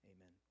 Amen